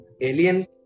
alien